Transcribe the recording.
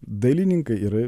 dailininkai yra